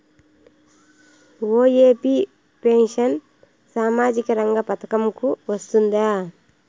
OAP pension సామాజిక రంగ పథకం కు వస్తుందా?